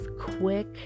quick